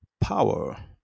power